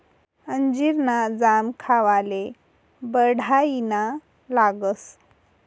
अंजीर ना जाम खावाले बढाईना लागस